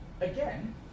Again